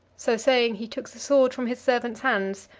so saying, he took the sword from his servant's hands,